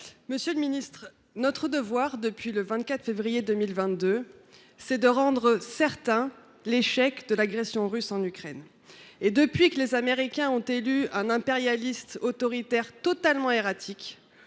Monsieur le ministre, notre devoir, depuis le 24 février 2022, est de rendre certain l’échec de l’agression russe en Ukraine. Et depuis que les Américains ont élu un impérialiste autoritaire totalement erratique,